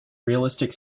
realistic